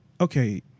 okay